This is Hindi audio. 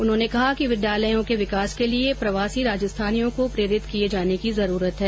उन्होंने कहा कि विद्यालयों के विकास के लिए प्रवासी राजस्थानियों को प्रेरित किए जाने की जरूरत है